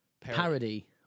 Parody